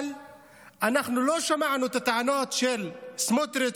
אבל אנחנו לא שמענו את הטענות של סמוטריץ'